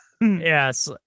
Yes